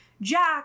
Jack